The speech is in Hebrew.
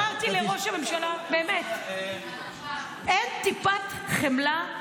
אמרתי לראש הממשלה: אין טיפת חמלה?